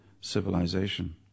civilization